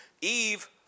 Eve